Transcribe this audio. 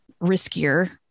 riskier